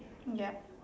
ya